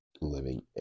living